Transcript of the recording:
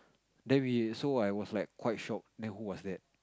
then we so I was like quite shock then who was that